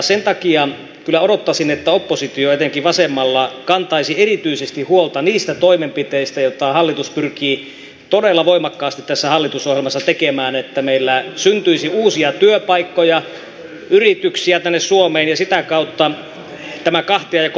sen takia kyllä odottaisin että oppositio etenkin vasemmalla kantaisi erityisesti huolta niistä toimenpiteistä joita hallitus pyrkii todella voimakkaasti tässä hallitusohjelmassa tekemään että meillä syntyisi uusia työpaikkoja yrityksiä tänne suomeen ja sitä kautta tämä kahtiajako pienenisi